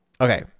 Okay